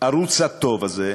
הערוץ הטוב הזה,